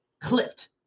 clipped